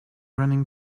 running